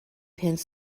pins